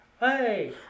Hey